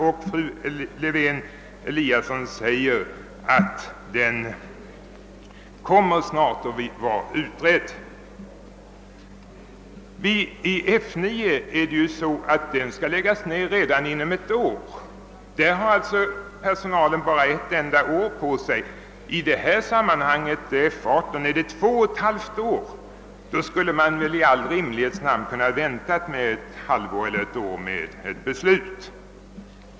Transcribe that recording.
Fru Lewén-Eliasson säger ju själv att frågan snart kommer att vara utredd. F 9 skall ju läggas ned redan efter ett år. Personalen där har alltså bara ett enda år på sig. Vad beträffar F 18 är det fråga om två och ett halvt år. Då skulle man väl i all rimlighets namn kunna vänta ett halvt år eller ett år med ett beslut.